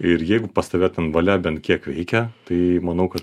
ir jeigu pas tave ten valia bent kiek veikia tai manau kad